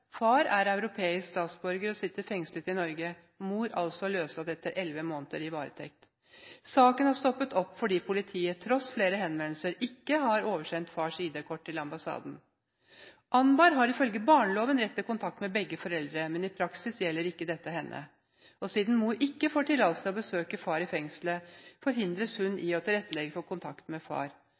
Far er europeisk statsborger og sitter fengslet i Norge. Mor er altså løslatt etter elleve måneder i varetekt. Saken har stoppet opp fordi politiet, til tross for flere henvendelser, ikke har oversendt fars ID-kort til ambassaden. Anbar har ifølge barneloven rett til kontakt med begge foreldre, men i praksis gjelder ikke dette henne. Siden mor ikke får tillatelse til å besøke far i fengselet, forhindres hun fra å tilrettelegge for kontakten med far.